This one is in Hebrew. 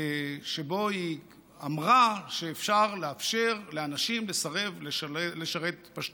שבו היא אמרה שאפשר לאפשר לאנשים לסרב לשרת בשטחים.